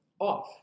off